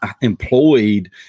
employed